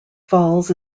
falls